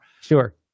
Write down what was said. Sure